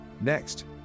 Next